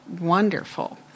wonderful